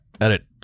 edit